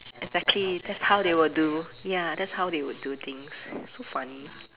exactly that's how they will do ya that's how they would do things so funny